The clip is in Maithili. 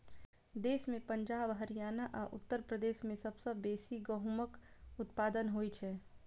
देश मे पंजाब, हरियाणा आ उत्तर प्रदेश मे सबसं बेसी गहूमक उत्पादन होइ छै